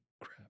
crap